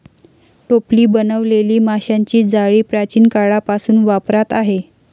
टोपली बनवलेली माशांची जाळी प्राचीन काळापासून वापरात आहे